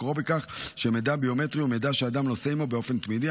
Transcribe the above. מקורו בכך שמידע ביומטרי הוא מידע שאדם נושא עימו באופן תמידי,